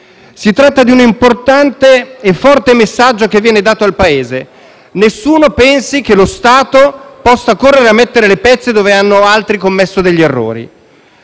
Si tratta di un importante e forte messaggio che viene dato al Paese. Nessuno pensi che lo Stato possa correre a "mettere le pezze" dove altri hanno commesso degli errori.